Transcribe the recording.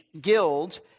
guild